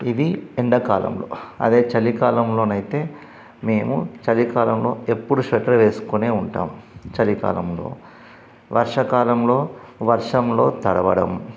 ఇది ఎండాకాలంలో అదే చలికాలంలోనైతే మేము చలికాలంలో ఎప్పుడూ స్వెట్టర్ వేసుకునే ఉంటాము చలికాలంలో వర్షా కాలంలో వర్షంలో తడవడం